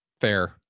Fair